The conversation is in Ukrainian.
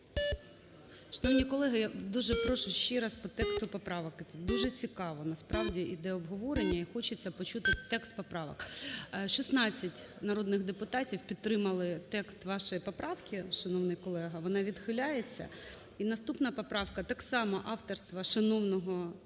Шановні колеги, я дуже прошу ще раз по тексту поправок. Дуже цікаво, насправді, іде обговорення, і хочеться почути текст поправок. 13:37:08 За-16 16 народних депутатів підтримали текст вашої поправки, шановний колего. Вона відхиляється. І наступна поправка - так само авторства шановного пана